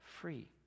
free